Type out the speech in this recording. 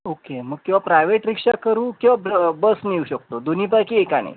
okay मग किंवा private rickshaw करू किंवा ब बसने येऊ शकतो दोन्हीपैकी एकाने